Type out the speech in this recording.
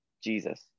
jesus